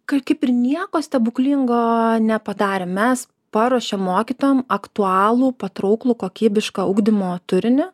kai kaip ir nieko stebuklingo nepadarėm mes paruošėm mokytojams aktualų patrauklų kokybišką ugdymo turinį